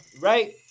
Right